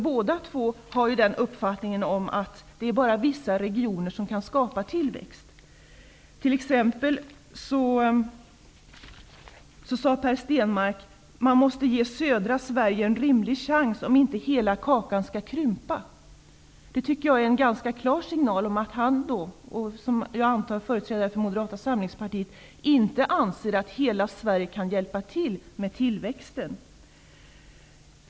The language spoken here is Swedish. Båda två har den uppfattningen att det bara är vissa regioner som kan skapa tillväxt. Per Stenmarck sade t.ex. att man måste ge södra Sverige en rimlig chans om inte hela kakan skall krympa. Det tycker jag är en ganska klar signal om att han och -- som jag antar -- andra företrädare för Moderata samlingspartiet inte anser att hela Sverige kan hjälpa till med tillväxten.